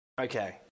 Okay